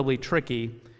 tricky